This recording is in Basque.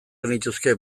genituzke